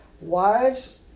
wives